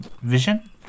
vision